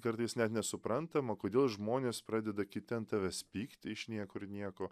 kartais net nesuprantama kodėl žmonės pradeda kiti ant tavęs pykt iš niekur nieko